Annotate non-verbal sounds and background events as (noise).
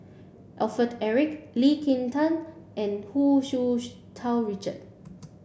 Alfred Eric Lee Kin Tat and Hu Tsu (unintelligible) Tau Richard